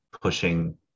pushing